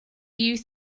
you